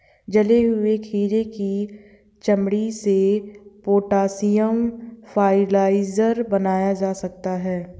जले हुए खीरे की चमड़ी से पोटेशियम फ़र्टिलाइज़र बनाया जा सकता है